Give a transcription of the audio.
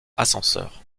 ascenseur